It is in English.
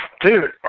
Dude